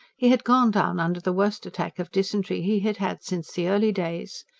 he had gone down under the worst attack of dysentery he had had since the early days.